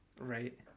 Right